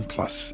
Plus